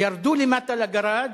ירדו למטה לגראז',